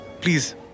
please